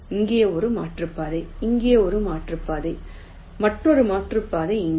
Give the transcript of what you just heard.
இங்கே ஒரு மாற்றுப்பாதை இங்கே மற்றொரு மாற்றுப்பாதை மற்றொரு மாற்றுப்பாதை இங்கே